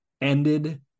ended